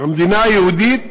המדינה היהודית